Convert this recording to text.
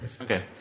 Okay